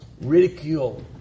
ridicule